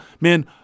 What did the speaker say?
man